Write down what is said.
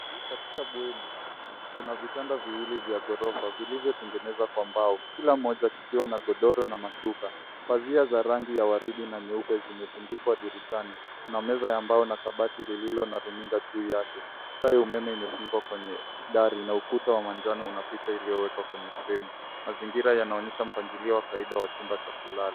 Katika bweni kuna vitanda viwili vya ghorofa vilivyotegenezwa kwa mbao. Kila kimoja kikiwa na godoro na mashuka. Pazia za rangi ya waridi na nyeupe zimetundikwa dirishani. Kuna meza ya mbao na kabati zilizo na runinga juu yake. Taa ya umeme imepikwa kwenye dari na ukuta wa manjano una picha iliyowekwa kwenye fremu. Mazingira yanaonyesha mpangilio wa kawaida wa chumba cha kulala.